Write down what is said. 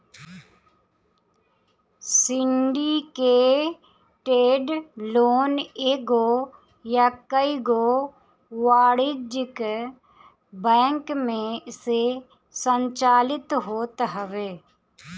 syndicated loan एगो या कईगो वाणिज्यिक बैंक से संचालित होत हवे